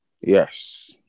Yes